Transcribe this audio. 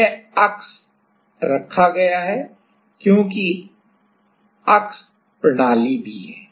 यह अक्ष रखा गया है क्योंकि अक्ष प्रणाली भी है